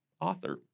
author